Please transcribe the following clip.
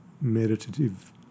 meditative